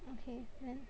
okay then